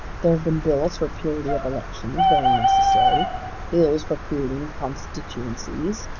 there have been bills for purity of elections very necessary bills for creating constituencies,